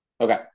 Okay